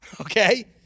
okay